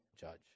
judge